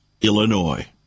Illinois